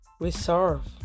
reserve